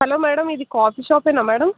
hello madam ఇది coffee షాపేనా madam